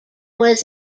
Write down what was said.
was